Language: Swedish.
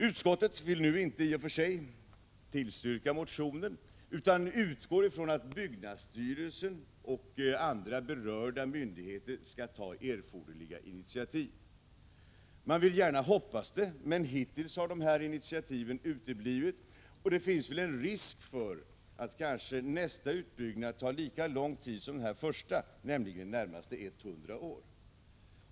Utskottet vill nu i och för sig inte tillstyrka motionen utan utgår från att byggnadsstyrelsen och andra berörda myndigheter skall ta erforderliga initiativ. Man vill gärna hoppas på det, men hittills har dessa initiativ uteblivit, och det finns väl en risk för att 91 nästa utbyggnad kan komma att ta lika lång tid som den första, nämligen i det närmaste 100 år.